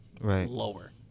lower